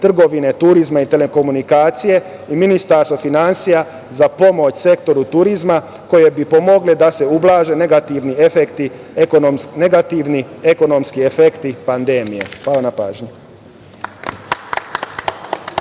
trgovine, turizma i telekomunikacija, Ministarstvo finansija, za pomoć sektoru turizma, koje bi pomogle da se ublaže negativni ekonomski efekti pandemije? Hvala.